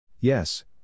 Yes